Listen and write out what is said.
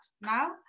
now